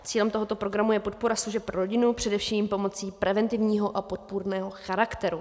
Cílem tohoto programu je podpora služeb pro rodinu, především pomocí preventivního a podpůrného charakteru.